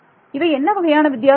இவை என்ன வகையான வித்தியாசங்கள்